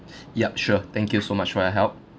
yup sure thank you so much for your help